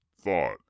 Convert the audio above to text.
thought